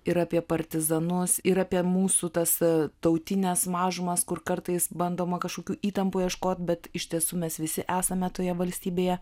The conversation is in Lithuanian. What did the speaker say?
ir apie partizanus ir apie mūsų tas tautines mažumas kur kartais bandoma kažkokių įtampų ieškot bet iš tiesų mes visi esame toje valstybėje